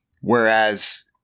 Whereas